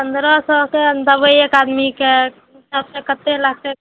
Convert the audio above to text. पन्द्रह सओ कए देबय एक आदमीके उ हिसाबसँ कते लागतय